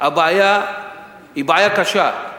הבעיה היא בעיה קשה,